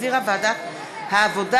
שהחזירה ועדת העבודה,